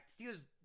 Steelers